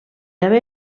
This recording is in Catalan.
haver